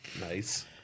Nice